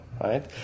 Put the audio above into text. right